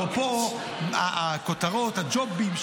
אפרופו הכותרות "הג'ובים",